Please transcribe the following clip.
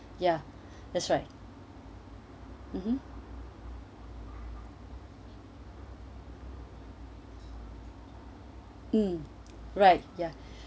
ya that right mmhmm mm right ya